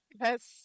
Yes